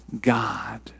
God